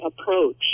approach